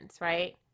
right